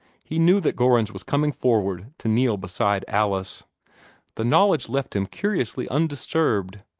he knew that gorringe was coming forward to kneel beside alice the knowledge left him curiously undisturbed.